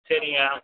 சரிங்க